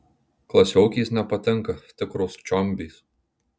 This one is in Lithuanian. klasiokės nepatinka tikros čiombės